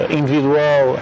individual